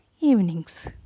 evenings